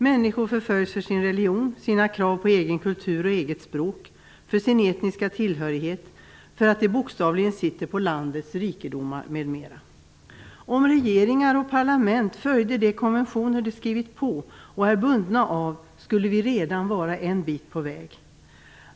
Människor förföljs för sin religion, för sina krav på egen kultur och eget språk, för sin etniska tillhörighet, för att de bokstavligen sitter på landets rikedomar m.m. Om regeringar och parlament följde de konventioner som de skrivit på och är bundna av skulle vi redan vara en bit på vägen.